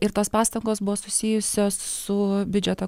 ir tos pastangos buvo susijusios su biudžeto